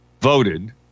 voted